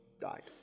died